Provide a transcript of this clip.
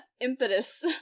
impetus